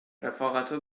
رفاقتا